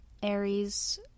Aries